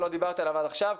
לא דיברתי עליו עד עכשיו,